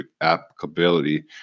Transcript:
applicability